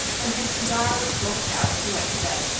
when his cigar was smoked out he went to bed,